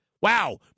Wow